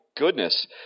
goodness